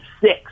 six